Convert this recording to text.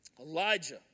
Elijah